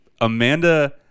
Amanda